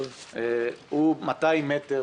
הוא 200 מטר